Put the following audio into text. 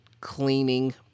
cleaning